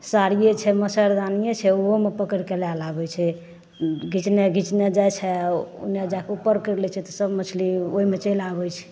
साड़िये छै मच्छरदानिये छै ओहोमे पकड़िके लए लाबैत छै घिचने घिचने जाइ छै आ ओन्ने जाके ऊपर करि लै छै तऽ सब मछली ओहिमे चलि आबैत छै